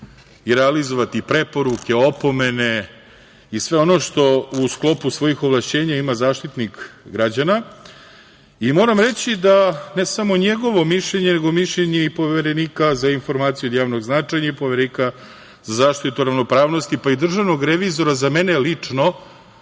i realizovati preporuke, opomene i sve ono što u sklopu svojih ovlašćenja ima Zaštitnik građana. Moram reći da, ne samo njegovo mišljenje, nego mišljenje i Poverenika za informacije od javnog značaja i Poverenika za zaštitu ravnopravnosti, pa i državnog revizora, za mene lično,